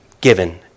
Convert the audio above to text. given